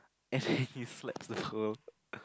as in he slacks also